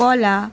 কলা